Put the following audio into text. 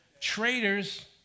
traitors